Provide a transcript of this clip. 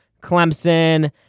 Clemson